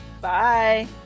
Bye